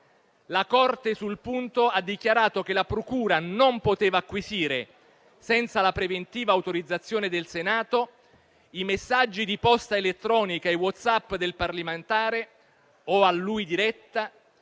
La Corte, sul punto, ha dichiarato che la procura non poteva acquisire, senza la preventiva autorizzazione del Senato, i messaggi di posta elettronica e Whatsapp del parlamentare o a lui diretta